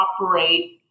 operate